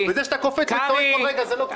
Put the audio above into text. זה שאתה קופץ וצועק בכל רגע זה לא פתרון.